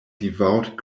devout